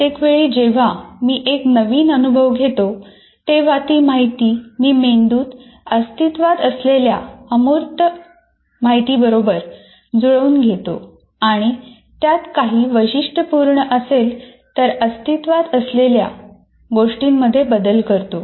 प्रत्येक वेळी जेव्हा मी एक नवीन अनुभव घेतो तेव्हा ती माहिती मी मेंदूत अस्तित्वात असलेल्या अमूर्त माहितीबरोबर जुळवून घेतो आणि त्यात काही ही वैशिष्टपूर्ण असेल तर अस्तित्वात असलेल्या अमूर्त गोष्टींमध्ये बदल करतो